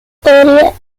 podría